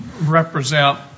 represent